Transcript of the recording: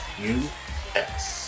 U-S